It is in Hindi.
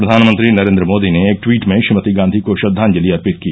प्रधानमंत्री नरेन्द्र मोदी ने एक ट्वीट में श्रीमती गांधी को श्रद्वांजलि अर्पित की